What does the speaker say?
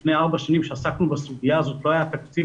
לפני ארבע שנים כשעסקנו בסוגיה הזאת לא היה תקציב